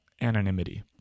anonymity